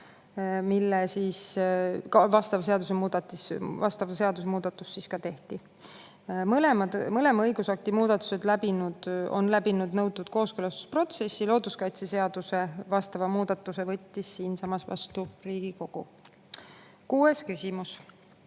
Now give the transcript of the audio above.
tehti ka vastav seadusemuudatus. Mõlemad õigusakti muudatused on läbinud nõutud kooskõlastusprotsessi. Looduskaitseseaduse vastava muudatuse võttis siinsamas vastu Riigikogu. Kuues küsimus: